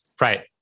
Right